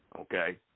okay